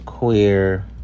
Queer